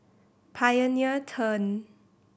Pioneer Turn